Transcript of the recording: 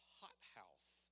hothouse